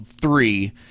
three